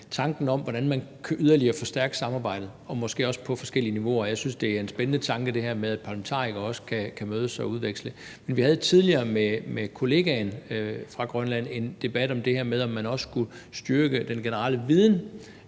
tanken om, hvordan man yderligere kunne forstærke samarbejdet og måske også på forskellige niveauer. Jeg synes, det er en spændende tanke, altså det her med, at parlamentarikere også kan mødes og udveksle synspunkter. Men vi havde tidligere med kollegaen fra Grønland en debat om det her med, om man også kunne styrke den generelle viden